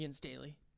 Daily